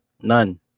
None